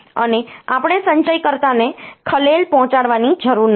અને આપણે સંચયકર્તાને ખલેલ પહોંચાડવાની જરૂર નથી